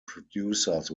producers